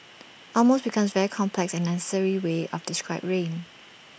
almost becomes very complex and unnecessary way up to describe rain